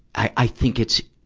i, i think it's,